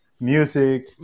music